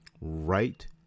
right